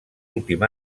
últim